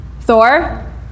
Thor